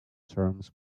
terms